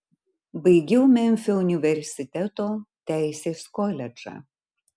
baigiau memfio universiteto teisės koledžą